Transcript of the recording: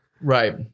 Right